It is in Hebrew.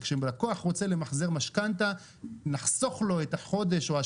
כשלקוח רוצה למחזר משכנתא נחסוך לו את החודש או את